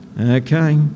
Okay